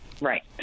right